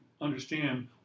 understand